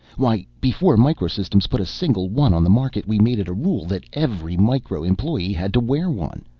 why, before micro systems put a single one on the market, we'd made it a rule that every micro employee had to wear one!